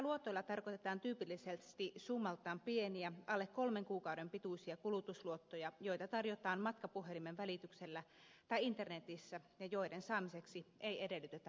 pikaluotoilla tarkoitetaan tyypillisesti summaltaan pieniä alle kolmen kuukauden pituisia kulutusluottoja joita tarjotaan matkapuhelimen välityksellä tai internetissä ja joiden saamiseksi ei edellytetä vakuuksia